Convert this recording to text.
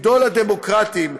גדול הדמוקרטים,